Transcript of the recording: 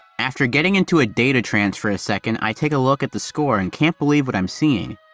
after getting into a data transfer a second, i take a look at the score and can't believe what i'm seeing.